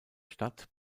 stadt